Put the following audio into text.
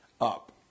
up